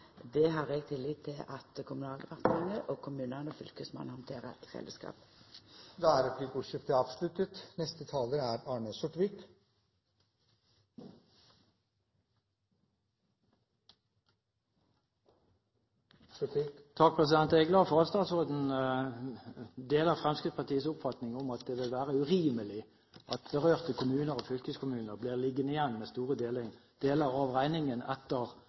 er omme. Jeg er glad for at statsråden deler Fremskrittspartiets oppfatning om at det vil være urimelig at berørte kommuner og fylkeskommuner blir sittende igjen med store deler av regningen etter